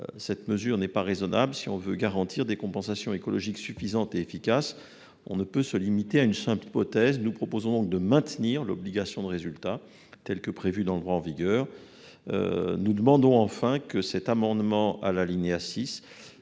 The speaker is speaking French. Cette mesure n'est pas raisonnable. Si l'on veut garantir des compensations écologiques suffisantes et efficaces, on ne peut se limiter à une simple hypothèse. Nous proposons donc de maintenir l'obligation de résultat, telle qu'elle est prévue dans le droit en vigueur. Nous demandons enfin que les actions de compensation